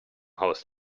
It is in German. haus